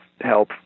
help